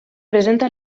presenta